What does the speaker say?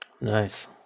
Nice